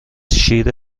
شیر